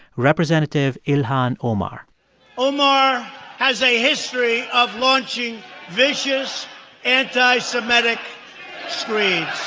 representative ilhan omar omar has a history of launching vicious anti-semetic screeds